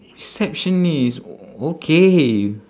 receptionist okay